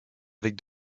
avec